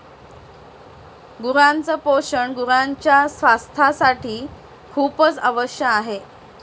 गुरांच पोषण गुरांच्या स्वास्थासाठी खूपच आवश्यक आहे